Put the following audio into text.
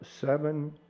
seven